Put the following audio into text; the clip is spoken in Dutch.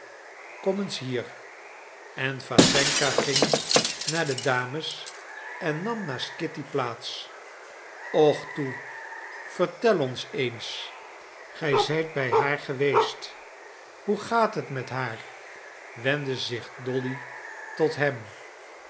kom eens hier en wassenka ging naar de dames en nam naast kitty plaats och toe vertel ons eens gij zijt bij haar geweest hoe gaat het haar wendde zich dolly tot hem